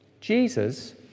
Jesus